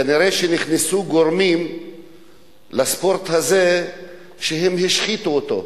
כנראה נכנסו לספורט הזה גורמים שהשחיתו אותו.